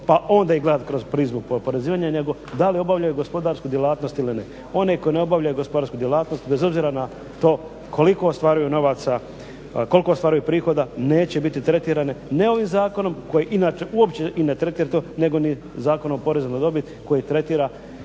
pa onda ih gledati kroz porezno oporezivanje nego da li obavljaju gospodarsku djelatnost ili ne. One koje ne obavljaju gospodarsku djelatnost, bez obzira na to koliko ostvaruje novaca, koliko stvaraju prihoda, neće biti tretirane, ne ovim zakonom koji inače uopće i ne tretira to, nego ni Zakonom o porezu na dobit koji tretira